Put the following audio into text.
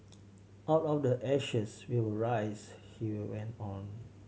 out of the ashes we will rise he went on